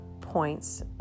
points